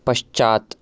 पश्चात्